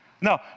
No